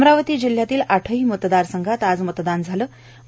अमरावती जिल्हयातील आठही मतदारसंघात आज मतदान संपन्न झालं